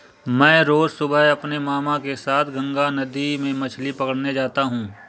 मैं रोज सुबह अपने मामा के साथ गंगा नदी में मछली पकड़ने जाता हूं